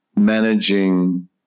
managing